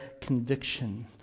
conviction